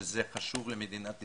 שזה חשוב למדינת ישראל.